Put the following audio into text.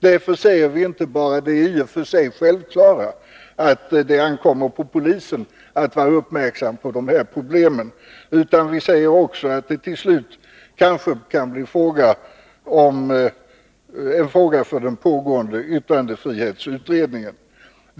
Därför säger vi inte bara det i och för sig självklara att det ankommer på polisen att vara uppmärksam på dessa problem, utan vi säger också att de till slut kanske kan bli en fråga för den pågående yttrandefrihetsutredningen.